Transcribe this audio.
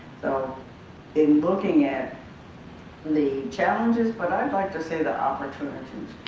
so in looking at the challenges, but i like to say the opportunities,